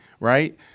Right